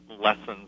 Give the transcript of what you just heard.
lessons